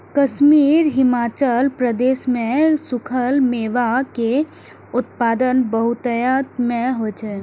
कश्मीर, हिमाचल प्रदेश मे सूखल मेवा के उत्पादन बहुतायत मे होइ छै